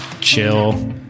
chill